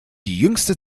jüngste